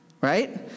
Right